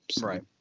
Right